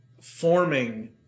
forming